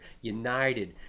united